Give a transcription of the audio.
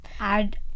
add